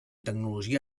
tecnologia